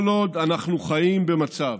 כל עוד אנחנו חיים במצב